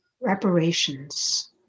reparations